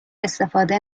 استفاده